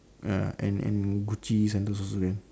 ya and and Gucci sandals also man